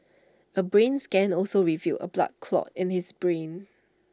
A brain scan also revealed A blood clot in his brain